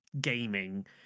gaming